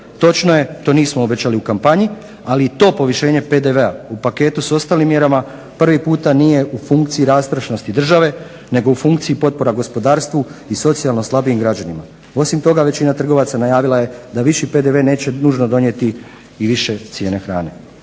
Točno je, to nismo obećali u kampanji, ali to povišenje PDV-a u paketu sa ostalim mjerama prvi puta nije u funkciji rastrošnosti države nego u funkciji potpora gospodarstvu i socijalno slabijim građanima. Osim toga većina trgovaca najavila je da viši PDV neće nužno donijeti i više cijene hrane.